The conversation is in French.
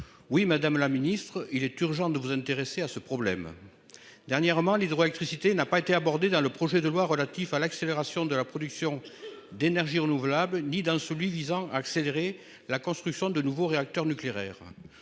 Oui, madame la ministre, il est urgent de vous intéresser à ce problème. Dernièrement l'hydroélectricité n'a pas été abordé dans le projet de loi relatif à l'accélération de la production d'énergies renouvelables, ni dans celui visant à accélérer la construction de nouveaux réacteurs nucléaires.